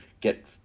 get